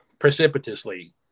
precipitously